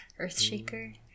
earthshaker